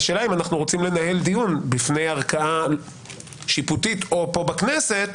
והשאלה אם אנחנו רוצים לנהל דיון בפני ערכאה שיפוטית או פה בכנסת